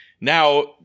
now